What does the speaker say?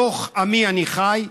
בתוך עמי אני חי,